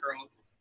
girls